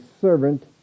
servant